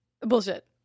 Bullshit